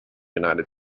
united